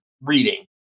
reading